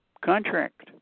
contract